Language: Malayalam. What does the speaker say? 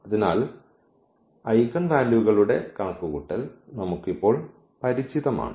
അതിനാൽ ഐഗൻ വാല്യൂകളുടെ കണക്കുകൂട്ടൽ നമുക്ക് ഇപ്പോൾ പരിചിതമാണ്